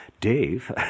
Dave